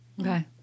Okay